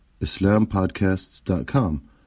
islampodcasts.com